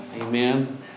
Amen